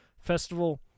festival